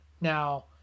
Now